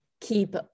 keep